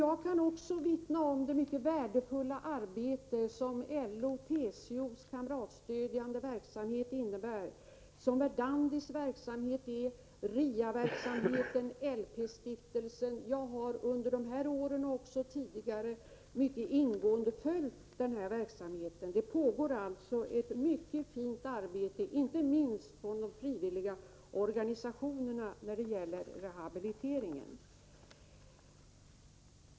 Jag kan också vittna om det mycket värdefulla arbete som LO:s och TCO:s kamratstödjande verksamhet innebär, liksom Verdandis arbete och Riaverksamheten samt det arbete som utförs av LP-stiftelsen. Jag har under dessa år och även tidigare mycket ingående följt denna verksamhet. Det pågår alltså ett mycket fint arbete, inte minst inom de frivilliga organisationerna, när det gäller rehabiliteringen.